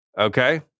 Okay